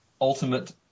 ultimate